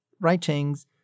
writings